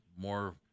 more